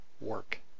work